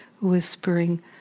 whispering